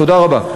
תודה רבה.